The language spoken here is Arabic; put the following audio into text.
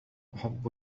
أحب